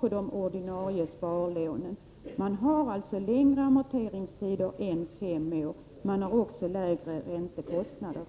på de ordinarie sparlånen. Man har längre amorteringstid än fem år och dessutom lägre räntekostnader.